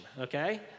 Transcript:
okay